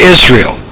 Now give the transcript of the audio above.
Israel